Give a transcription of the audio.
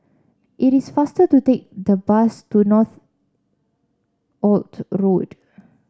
it is faster to take the bus to Northolt Road